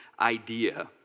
idea